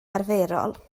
arferol